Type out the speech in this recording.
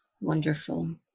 wonderful